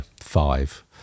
five